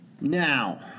Now